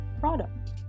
product